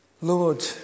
Lord